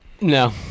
No